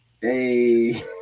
hey